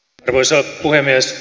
arvoisa puhemies